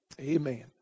Amen